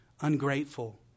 ungrateful